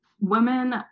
women